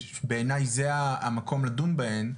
שבעיניי זה המקום לדון בהן,